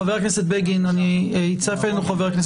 חבר הכנסת בגין, בבקשה.